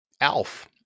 Alf